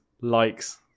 likes